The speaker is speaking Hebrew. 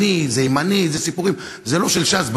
דיני הנפשות האלה,